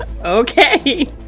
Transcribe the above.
Okay